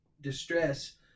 distress